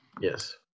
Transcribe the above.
Yes